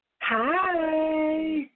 Hi